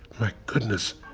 my goodness.